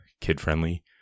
kid-friendly